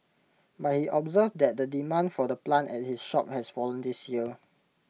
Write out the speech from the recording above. but he observed that the demand for the plant at his shop has fallen this year